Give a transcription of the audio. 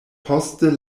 poste